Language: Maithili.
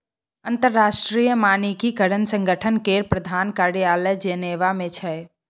अंतरराष्ट्रीय मानकीकरण संगठन केर प्रधान कार्यालय जेनेवा मे छै